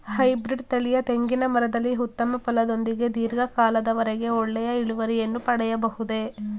Hybrid ತಳಿಯ ತೆಂಗಿನ ಮರದಲ್ಲಿ ಉತ್ತಮ ಫಲದೊಂದಿಗೆ ಧೀರ್ಘ ಕಾಲದ ವರೆಗೆ ಒಳ್ಳೆಯ ಇಳುವರಿಯನ್ನು ಪಡೆಯಬಹುದೇ?